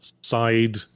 side